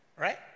Right